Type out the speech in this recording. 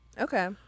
Okay